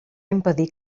impedí